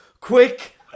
quick